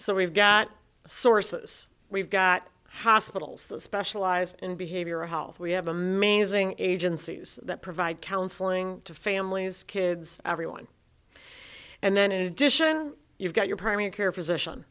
so we've got sources we've got hospitals that specialize in behavioral health we have amazing agencies that provide counseling to families kids everyone and then in addition you've got your primary care physician